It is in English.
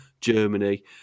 Germany